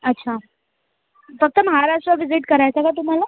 अच्छा फक्त महाराष्ट्र विजिट करायचं आहे का तुम्हाला